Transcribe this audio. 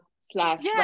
slash